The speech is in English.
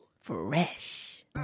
Fresh